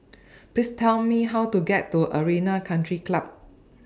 Please Tell Me How to get to Arena Country Club